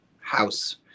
house